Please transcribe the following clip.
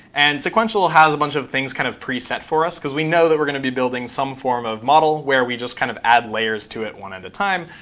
and sequential has a bunch of things kind of preset for us because we know that we're going to be building some form of model where we just kind of add layers to it one at a time.